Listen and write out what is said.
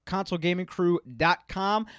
consolegamingcrew.com